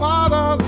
Father